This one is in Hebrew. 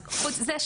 אז חוץ מזה,